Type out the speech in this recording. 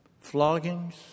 floggings